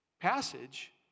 passage